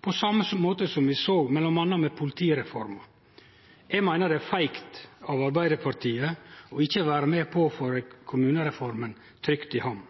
på same måte som vi såg m.a. ved politireforma. Eg meiner det er feigt av Arbeidarpartiet ikkje å vere med på å få kommunereforma trygt i hamn.